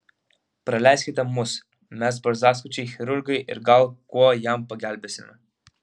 praleiskite mus mes barzdaskučiai chirurgai ir gal kuo jam pagelbėsime